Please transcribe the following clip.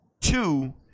two